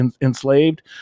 enslaved